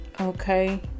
Okay